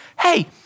hey